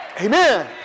Amen